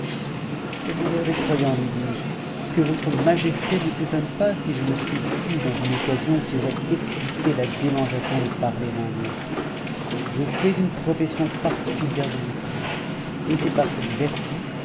commandeur des croyants lui dis-je que votre majesté ne s'étonne pas si je me suis tu dans une occasion qui aurait excité la démangeaison de parler à un autre je fais une profession particulière de me taire et c'est par cette vertu